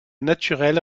naturel